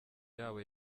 yabo